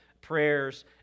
prayers